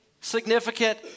significant